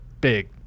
big